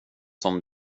som